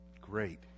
Great